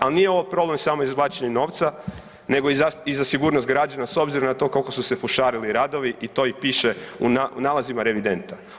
Ali nije ovo problem samo izvlačenja novca nego i za sigurnost građana s obzirom na to koliko su se fušarili radovi i to i piše u nalazima revidenta.